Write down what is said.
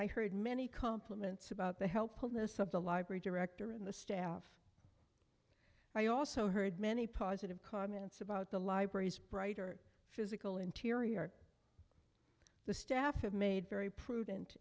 i heard many compliments about the helpfulness of the library director in the staff i also heard many positive comments about the library's brighter physical interior the staff of made very prudent